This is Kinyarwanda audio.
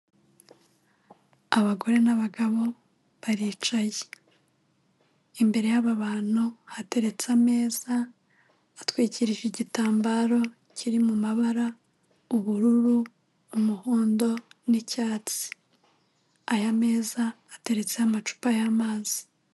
Abagore n'abagabo baricaye. Imbere y'aba bantu hateretse ameza atwikirije igitambaro kiri mu mabara ubururu, umuhondo, n'icyatsi. Aya meza ateretseho amacupa y'amazi.